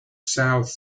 south